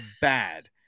bad